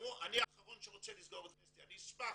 אני האחרון שרוצה לסגור את וסטי, אני אשמח,